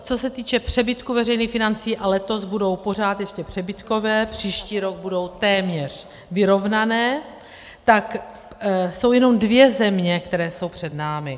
Co se týče přebytku veřejných financí, a letos budou ještě pořád přebytkové, příští rok budou téměř vyrovnané, tak jsou jenom dvě země, které jsou před námi.